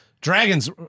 Dragons